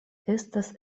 estas